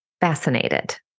fascinated